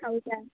ಹೌದಾ